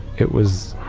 it was.